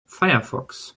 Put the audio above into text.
firefox